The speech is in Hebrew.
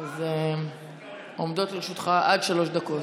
אז עומדות לרשותך שלוש דקות.